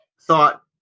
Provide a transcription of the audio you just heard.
thought